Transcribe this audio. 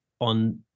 on